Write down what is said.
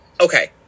Okay